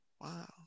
Wow